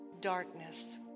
darkness